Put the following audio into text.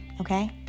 okay